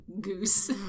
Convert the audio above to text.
goose